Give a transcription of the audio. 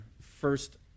first